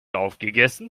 aufgegessen